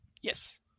Yes